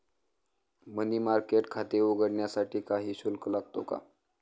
मनी market खाते उघडण्यासाठी काही शुल्क लागतो का?